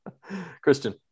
Christian